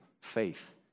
faith